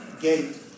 gate